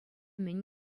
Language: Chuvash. мӗн